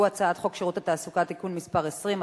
והוא הצעת חוק שירות התעסוקה (תיקון מס' 20),